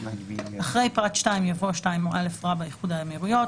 (1) אחרי פרט (2) יבוא: (2א) איחוד האמירויות,